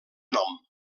nom